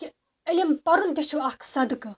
کہِ علم پَرُن تہِ چھُو اَکھ صدقہٕ